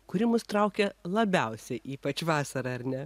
kuri mus traukia labiausiai ypač vasarą ar ne